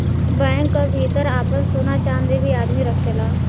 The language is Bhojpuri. बैंक क भितर आपन सोना चांदी भी आदमी रखेला